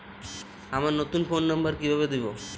আমার নতুন phone number কিভাবে দিবো?